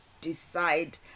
decide